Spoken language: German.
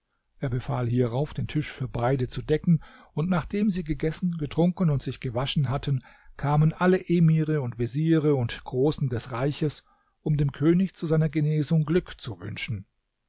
er befahl hierauf den tisch für beide zu decken und nachdem sie gegessen getrunken und sich gewaschen hatten kamen alle emire und veziere und großen des reiches um dem könig zu seiner genesung glück zu wünschen